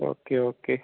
okay okay